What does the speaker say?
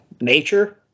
nature